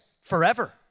forever